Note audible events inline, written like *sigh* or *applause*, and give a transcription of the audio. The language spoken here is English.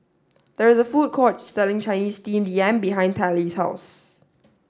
there is a food court selling Chinese Steamed Yam behind Tallie's house *noise*